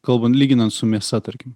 kalban lyginant su mėsa tarkim